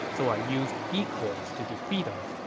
so i used decoys to defeat him.